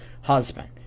husband